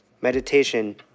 Meditation